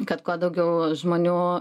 kad kuo daugiau žmonių